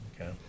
okay